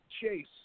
Chase